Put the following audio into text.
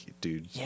dude